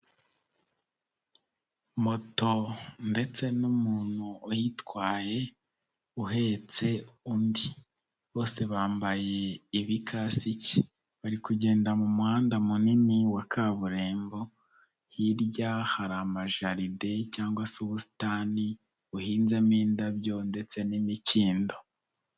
Moto ndetse n'umuntu uyitwaye uhetse undi, bose bambaye ibikasiki, bari kugenda mu muhanda munini wa kaburimbo, hirya hari amajaride cyangwa se ubusitani buhinzemo indabyo ndetse n'imikindo.